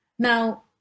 Now